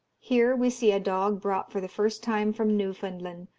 here we see a dog brought for the first time from newfoundland,